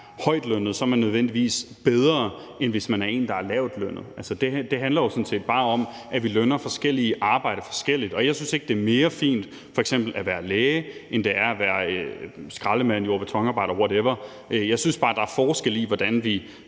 højtlønnet, nødvendigvis er bedre, end hvis man er en, der er lavtlønnet. Altså, det handler jo sådan set bare om, at vi belønner forskelligt arbejde forskelligt. Og jeg synes ikke, det er mere fint f.eks. at være læge, end det er at være skraldemand eller jord- og betonarbejder, whatever. Jeg synes bare, der er forskel på, hvordan vi